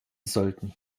sollten